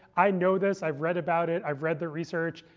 i know this. i've read about it. i've read the research.